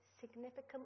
significant